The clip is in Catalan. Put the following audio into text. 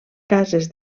cases